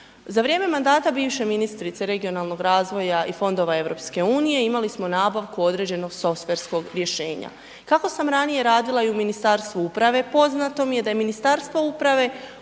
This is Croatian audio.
Za vrijeme mandata bivše ministrice regionalnog razvoja i fondova EU imali smo nabavku određenog softverskog rješenja, kako sam ranije radila i u Ministarstvu uprave poznato mi je da je Ministarstvo uprave